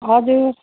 हजुर